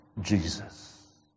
Jesus